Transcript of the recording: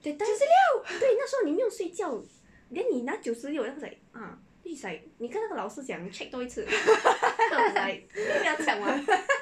九十六